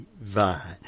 vine